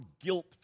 guilt